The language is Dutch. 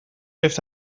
heeft